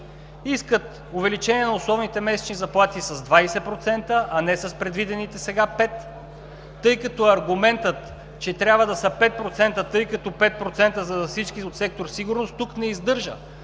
искат увеличение на основните месечни заплати с 20%, а не с предвидените сега 5%, защото аргументът, че трябва да са 5%, тъй като 5% са за всички от сектор „Сигурност“, тук не издържа.